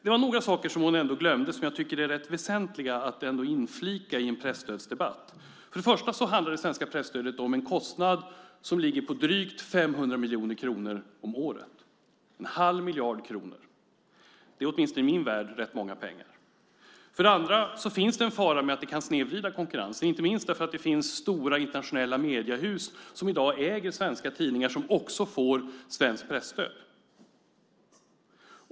Men några saker glömde hon - saker som jag tycker att det är rätt väsentligt att inflika i en presstödsdebatt. För det första handlar det beträffande det svenska presstödet om en kostnad på drygt 500 miljoner kronor om året, alltså 1⁄2 miljard kronor. Åtminstone i min värld är det rätt mycket pengar. För det andra finns en fara i att presstödet kan snedvrida konkurrensen, inte minst därför att det finns stora internationella mediehus som i dag äger svenska tidningar och som också får svenskt presstöd.